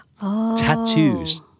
tattoos